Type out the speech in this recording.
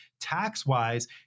tax-wise